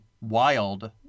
wild